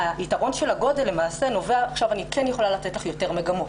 היתרון של הגודל הוא שעכשיו אני כן יכולה לתת לך יותר מגמות,